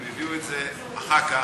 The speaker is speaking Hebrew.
הם הביאו את זה אחר כך,